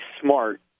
smart